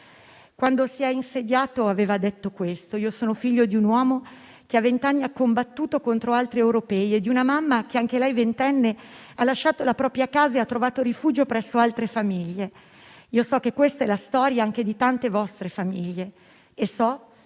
europeo aveva detto: «sono figlio di un uomo che a venti anni ha combattuto contro altri europei e di una mamma che, anche lei ventenne, ha lasciato la propria casa e ha trovato rifugio presso altre famiglie. Io so che questa è la storia anche di tante vostre famiglie e so che